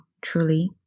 truly